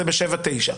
זה ב-שבע ותשע.